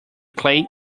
clay